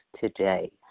today